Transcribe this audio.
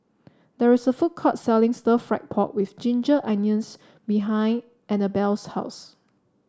there is a food court selling Stir Fried Pork with Ginger Onions behind Annabelle's house